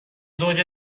زوج